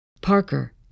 Parker